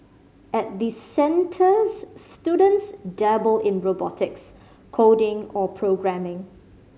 at the centres students dabble in robotics coding or programming